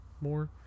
more